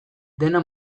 dena